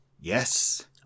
Yes